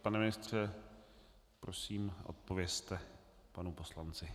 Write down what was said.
Pane ministře, prosím odpovězte panu poslanci.